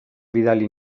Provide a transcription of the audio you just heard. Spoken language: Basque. bidali